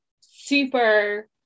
super